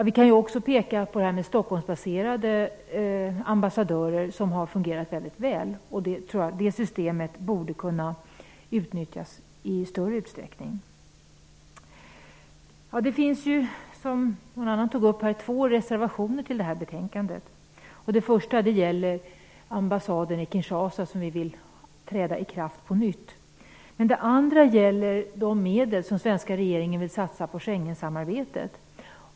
Vi kan också peka på systemet med Stockholmsbaserade ambassadörer, som har fungerat väldigt väl. Det systemet borde kunna utnyttjas i större utsträckning. Som någon nämnde finns två reservationer till det här betänkandet. Kinshasa, som vi vill skall öppna på nytt. Den andra reservationen gäller de medel som den svenska regeringen vill satsa på Schengensamarbetet.